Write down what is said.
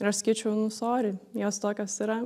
ir aš sakyčiau nu sorry jos tokios yra